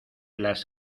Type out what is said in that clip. las